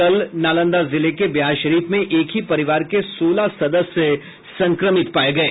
कल नालंदा जिले के बिहारशरीफ में एक ही परिवार के सोलह सदस्य संक्रमित पाये गये